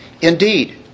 Indeed